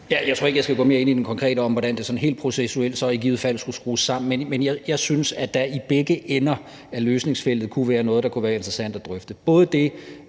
Jeg tror ikke, jeg skal gå mere ind i det konkrete om, hvordan det så i givet fald sådan helt processuelt skulle skrues sammen. Men jeg synes, at der i begge ender af løsningsfeltet kunne være noget, der kunne være interessant at drøfte,